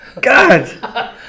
God